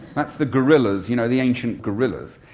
that's the gorillas, you know the ancient gorillas,